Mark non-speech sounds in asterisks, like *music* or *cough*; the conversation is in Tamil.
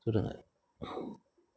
*unintelligible*